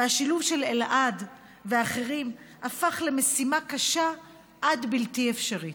והשילוב של אלעד ואחרים הפך למשימה קשה עד בלתי אפשרית.